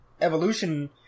evolution